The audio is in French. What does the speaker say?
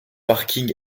parking